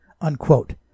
unquote